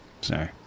Sorry